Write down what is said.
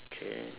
okay